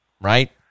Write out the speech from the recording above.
right